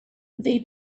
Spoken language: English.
they